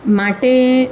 માટે